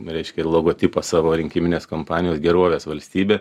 reiškia logotipą savo rinkiminės kampanijos gerovės valstybė